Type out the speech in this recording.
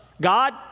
God